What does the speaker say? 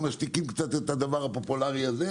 ומשתיקים קצת את הדבר הפופולארי הזה.